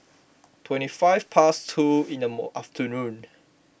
twenty five past two in the afternoon